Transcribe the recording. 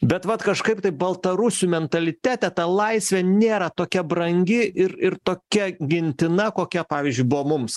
bet vat kažkaip tai baltarusių mentalitete ta laisvė nėra tokia brangi ir ir tokia gintina kokia pavyzdžiui buvo mums